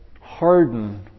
harden